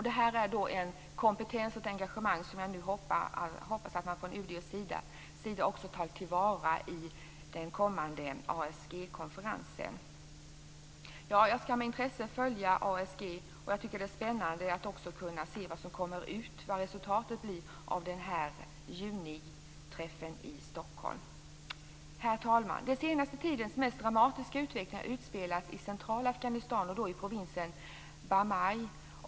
Denna kompetens och detta engagemang hoppas jag att man från UD:s sida tar till vara på den kommande Jag kommer att med intresse följa ASG. Det är spännande att också kunna se vad som blir resultatet av den här juniträffen i Stockholm. Herr talman! Den senaste tidens mest dramatiska utveckling har utspelats i centrala Afghanistan, i provinsen Bamyan.